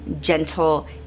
gentle